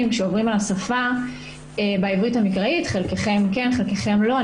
שעוברים על השפה בעברית המקראית חלקכם כן וחלקכם לא.